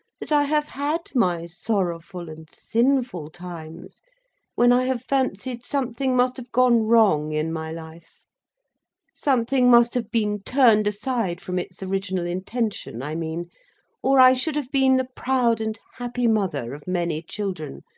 that i have had my sorrowful and sinful times when i have fancied something must have gone wrong in my life something must have been turned aside from its original intention i mean or i should have been the proud and happy mother of many children,